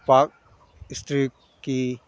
ꯄꯥꯛ ꯏꯁꯇ꯭ꯔꯤꯠꯀꯤ